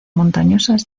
montañosas